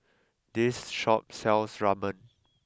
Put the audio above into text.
this shop sells Ramen